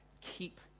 keep